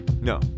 No